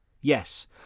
Yes